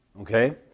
Okay